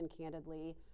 candidly